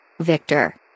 Victor